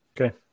okay